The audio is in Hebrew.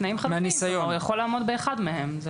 תנאים חלופיים, כלומר הוא יכול לעמוד באחד מהם.